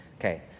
Okay